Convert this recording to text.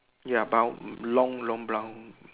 ya but long long brown